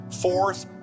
Fourth